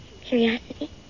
Curiosity